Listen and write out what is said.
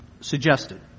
suggested